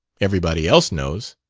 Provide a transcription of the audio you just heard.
everybody else knows.